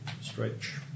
Stretch